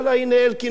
הנה אלקין בא,